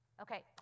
Okay